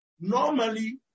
Normally